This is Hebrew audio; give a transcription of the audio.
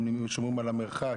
הם שומרים על המרחק?